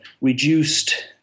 reduced